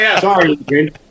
Sorry